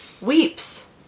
weeps